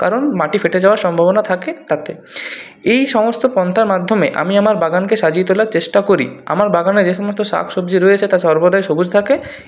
কারণ মাটি ফেটে যাওয়ার সম্ভাবনা থাকে তাতে এই সমস্ত পন্থার মাধ্যমে আমি আমার বাগানকে সাজিয়ে তোলার চেষ্টা করি আমার বাগানে যে সমস্ত শাক সবজি রয়েছে তা সর্বদাই সবুজ থাকে